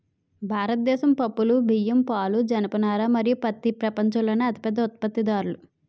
భారతదేశం పప్పులు, బియ్యం, పాలు, జనపనార మరియు పత్తి ప్రపంచంలోనే అతిపెద్ద ఉత్పత్తిదారులు